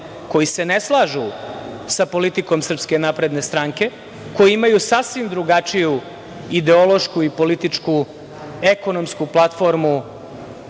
koji se ne slažu sa politikom SNS, koji imaju sasvim drugačiju ideološku i političku, ekonomsku platformu